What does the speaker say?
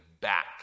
back